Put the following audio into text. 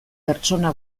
pertsona